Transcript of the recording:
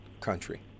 country